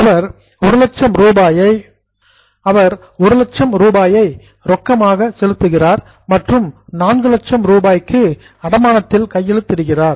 அவர் 100000 ரூபாயை கேஷ் ரொக்கமாக செலுத்துகிறார் மற்றும் 400000 ரூபாய்க்கு மோட்கேஜ் அடமானத்தில் கையெழுத்திடுகிறார்